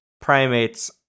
primates